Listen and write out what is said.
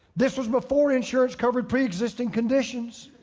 this was before insurance covered pre-existing conditions.